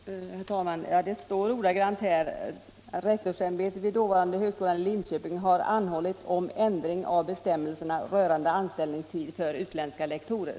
Herr talman! I skrivelsen står ordagrant: ”Rektorsämbetet vid dåvarande högskolan i Linköping har anhållit om ändring av bestämmelserna rörande anställningstid för utländska lektorer.”